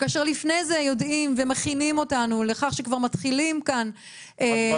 וכאשר לפני זה יודעים ומכינים אותנו לכך שכבר מתחילים כאן --- הגבלות.